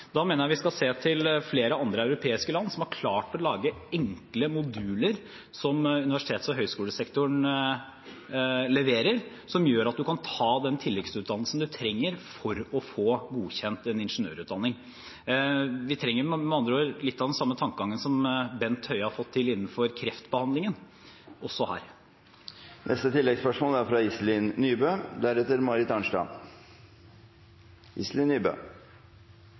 Da mener jeg vi skal se til flere andre europeiske land som har klart å lage enkle moduler, som universitets- og høyskolesektoren leverer, og som gjør at man kan ta den tilleggsutdannelsen man trenger for å få godkjent en ingeniørutdanning. Vi trenger med andre ord litt av den samme tankegangen som Bent Høie har fått til innenfor kreftbehandlingen, også her.